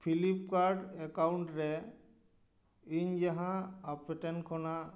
flip card account ᱨᱮ ᱤᱧ ᱡᱟᱦᱟᱸ ᱟᱯᱮ ᱴᱷᱮᱱ ᱠᱷᱚᱱᱟᱜ